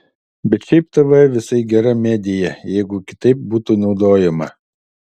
bet šiaip tv visai gera medija jeigu kitaip būtų naudojama